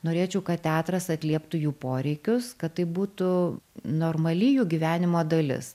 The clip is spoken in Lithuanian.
norėčiau kad teatras atlieptų jų poreikius kad tai būtų normali jų gyvenimo dalis